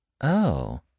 Oh